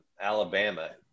Alabama